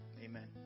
Amen